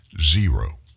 Zero